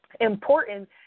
important